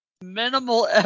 Minimal